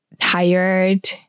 tired